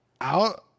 out